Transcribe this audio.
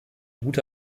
gute